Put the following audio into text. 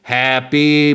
happy